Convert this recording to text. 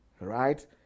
right